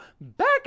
back